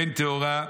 בין טהורה,